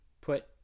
put